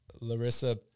Larissa